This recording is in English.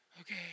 Okay